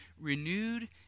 renewed